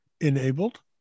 enabled